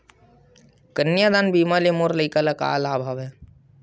कन्यादान बीमा ले मोर लइका ल का लाभ हवय?